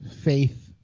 Faith